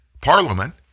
parliament